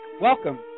welcome